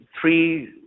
three